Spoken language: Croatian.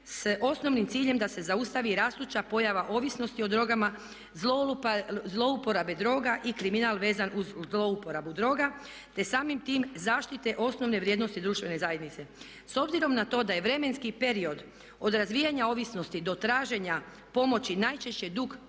s osnovnim ciljem da se zaustavi rastuća pojava ovisnosti o drogama, zlouporabe droga i kriminal vezan uz zlouporabu droga te samim time zaštite osnovne vrijednosti društvene zajednice. S obzirom na to da je vremenski period od razvijanja ovisnosti do traženja pomoći najčešće dug